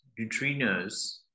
neutrinos